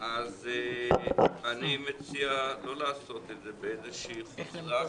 אז אני מציע לא לעשות את זה באיזושהי חופזה,